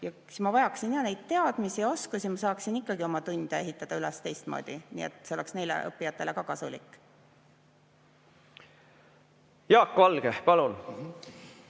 siis ma vajaksin neid teadmisi ja oskusi, ja ma saaksin oma tunde ehitada üles teistmoodi, nii et see oleks neile õppijatele ka kasulik. Jaak Valge, palun!